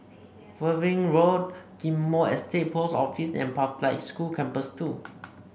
Worthing Road Ghim Moh Estate Post Office and Pathlight School Campus Two